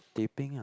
teh peng ah